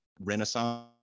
renaissance